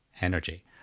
energy